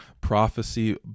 prophecy